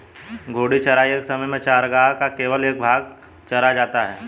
घूर्णी चराई एक समय में चरागाह का केवल एक भाग चरा जाता है